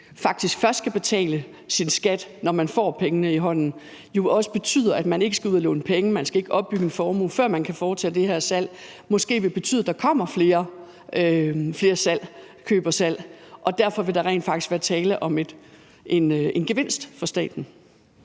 faktisk først skal betale sin skat, når man får pengene i hånden, jo også betyder, at man ikke skal ud at låne penge, og man skal ikke opbygge en formue, før man kan foretage det her salg. Og det vil måske også betyde, at der kommer flere køb og salg, og at der derfor rent faktisk vil være tale om en gevinst for staten.